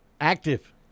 active